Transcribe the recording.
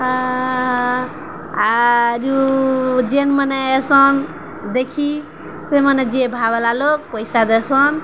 ଆରୁ ଯେନ୍ ମାନେ ଏସନ୍ ଦେଖି ସେମାନେ ଯିଏ ଭାବଲା ଲୋକ ପଇସା ଦେସନ୍